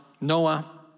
Noah